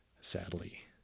sadly